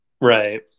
Right